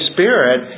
Spirit